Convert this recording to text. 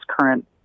current